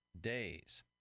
days